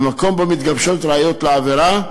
במקום שבו מתגבשות ראיות לעבירה,